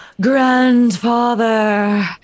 Grandfather